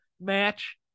match